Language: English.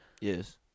Yes